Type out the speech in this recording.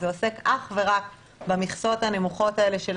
זה עוסק אך ורק במכסות הנמוכות האלה של